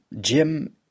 jim